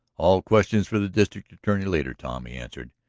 all questions for the district attorney later, tom, he answered.